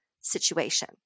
situation